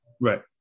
Right